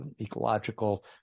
ecological